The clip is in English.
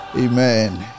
Amen